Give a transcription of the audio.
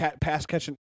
pass-catching